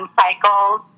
cycles